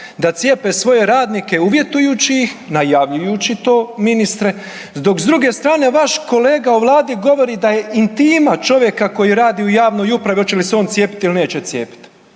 da cijepe svoje radnike uvjetujući ih, najavljujući to ministre, dok s druge strane vaš kolega u vladi govori da je intima čovjeka koji radi u javnoj upravi oće li se on cijepit ili neće cijepit.